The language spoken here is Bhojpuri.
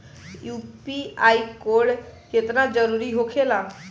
यू.पी.आई कोड केतना जरुरी होखेला?